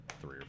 three